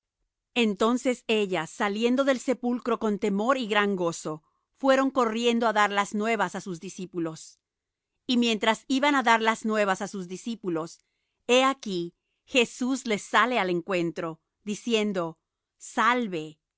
entonces ellas saliendo del sepulcro con temor y gran gozo fueron corriendo á dar las nuevas á sus discípulos y mientras iban á dar las nuevas á sus discípulos he aquí jesús les sale al encuentro diciendo salve